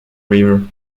river